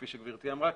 כפי שגברתי אמרה,